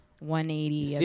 180